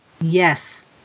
Yes